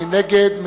מי נגד?